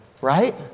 right